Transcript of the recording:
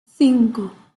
cinco